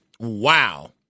Wow